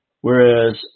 Whereas